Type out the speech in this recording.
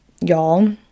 y'all